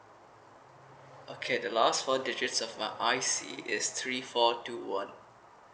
okay the last four digits of my I_C is three four two one